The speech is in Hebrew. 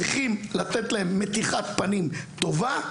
צריכים לתת להם מתיחת פנים טובה,